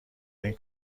این